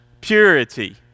purity